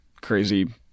crazy